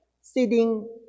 sitting